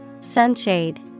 Sunshade